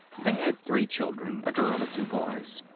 they had three children, a girl and two boys.